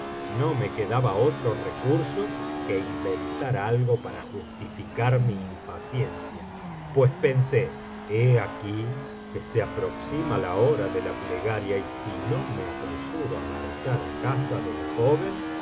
no me quedaba otro recurso que inventar algo para justificar mi impaciencia pues pensé he aquí que se aproxima la hora de la plegaria y si no me apresuro á marchar á casa de la joven